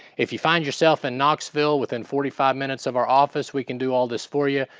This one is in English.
if you find yourself in knoxville within forty five minutes of our office, we can do all this for you.